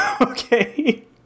Okay